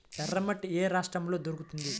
ఎర్రమట్టి ఏ రాష్ట్రంలో దొరుకుతుంది?